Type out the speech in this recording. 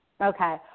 Okay